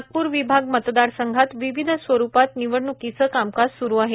नागपूर विभाग मतदारसंघात विविध स्वरुपात निवडणूकीचे कामकाज स्रु आहे